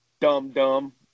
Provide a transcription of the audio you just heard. dumb-dumb